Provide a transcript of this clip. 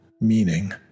meaning